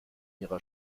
ihrer